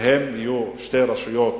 שהם יהיו שתי רשויות